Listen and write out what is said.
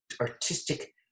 artistic